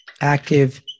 Active